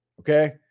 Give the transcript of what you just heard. Okay